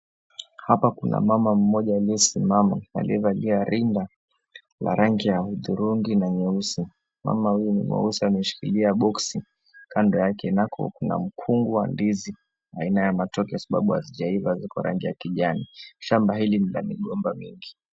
Hapa kuna mama mmoja aliyesimama aliyevalia rinda la rangi ya hudhurungi na nyeusi, mama huyu ni mweusi ameshikilia boksi kando yake nako kuna mkungu wa ndizi aina ya matoke sababu hazijaiva ziko rangi ya kijani. Shamba hili ni la migomba mingi.